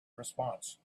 response